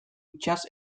itsas